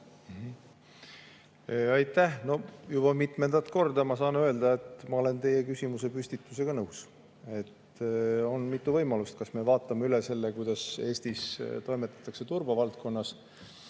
Aitäh! Juba mitmendat korda saan öelda, et ma olen teie küsimusepüstitusega nõus. On mitu võimalust: kas me vaatame üle selle, kuidas Eestis turbavaldkonnas